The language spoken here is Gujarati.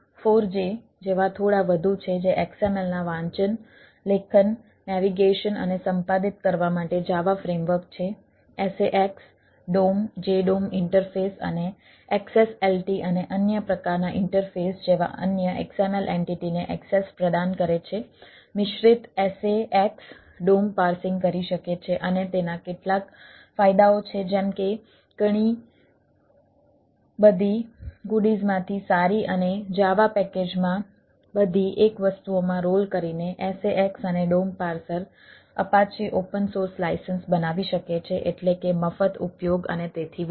DOM4J જેવા થોડા વધુ છે જે XML નાં વાંચન લેખન નેવિગેશન બનાવી શકે છે એટલે કે મફત ઉપયોગ અને તેથી વધુ